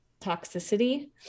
toxicity